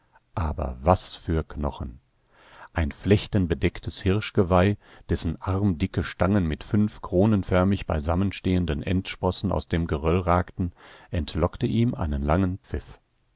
aber was für knochen ein flechtenbedecktes hirschgeweih dessen armdicke stangen mit fünf kronenförmig beisammenstehenden endsprossen aus dem geröll ragten entlockte ihm einen langen pfiff